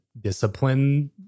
discipline